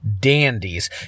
dandies